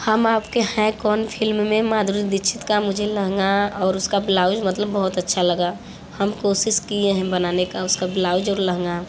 हम आपके हैं कौन फ़िल्म में माधुरी दिक्षीत का मुझे लहंगा और उसका ब्लाउज़ मतलब बहुत अच्छा लगा हम कोशिश किए हैं बनाने का उसका ब्लाउज़ और लहंगा